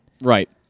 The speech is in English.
Right